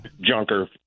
junker